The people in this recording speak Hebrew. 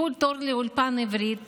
חיכו בתור לאולפן עברית